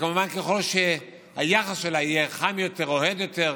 כמובן, ככל שהיחס שלה יהיה חם יותר, אוהד יותר,